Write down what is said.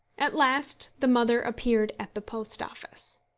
at last the mother appeared at the post office.